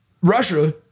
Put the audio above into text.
Russia